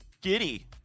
Giddy